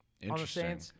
Interesting